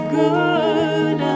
good